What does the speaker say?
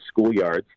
schoolyards